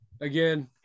again